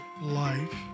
life